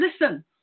listen